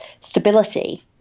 stability